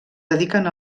dediquen